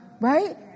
Right